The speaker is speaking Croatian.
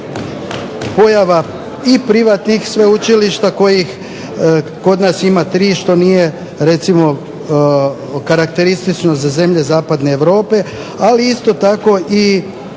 pojava i privatnih sveučilišta, kojih kod nas ima 3 što nije recimo karakteristično za zemlje zapadne Europe, ali isto tako i